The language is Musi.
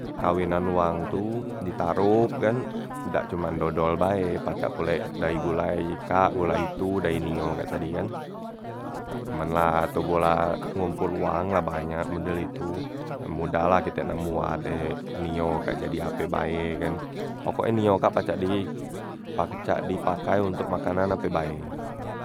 Kawinan wang tu ditarop kan, dak cuman dodol bae pacak pulek dayi gulai kak gulai tu dayi nio e kak tadi kan. Na men la toboh ngompol wang la banyak model itu, modah la kite nak moat e nio kak jadi ape bae e kan, pokok e nio kak pacak di pacak dipakai ontok makanan ape bae.